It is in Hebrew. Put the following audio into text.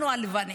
אנחנו הלבנים.